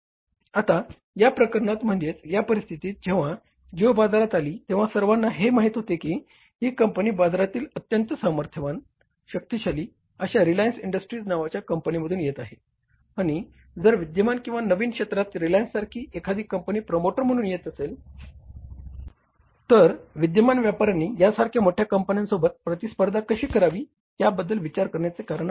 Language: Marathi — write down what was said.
आता या प्रकरणात म्हणजेच त्या परिस्थितीत जेंव्हा जिओ बाजारात आली तेव्हा सर्वांना हे माहित होते की ही कंपनी बाजारातील अत्यंत सामर्थ्यवान शक्तिशाली अशा रिलायन्स इंडस्ट्रीज नावाच्या कंपनीमधून येथ आहे आणि जर विद्यमान किंवा नवीन क्षेत्रात रिलायन्ससारखी एखादी कंपनी प्रमोटर म्हणून येत असेल तर विद्यमान व्यापाऱ्यांनी यांसारख्या मोठ्या कंपनीसोबत प्रतिस्पर्धा कशी करावी याबद्द्ल विचार करण्याची कारण आहे